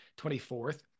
24th